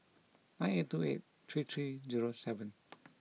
nine eight two eight three three zero seven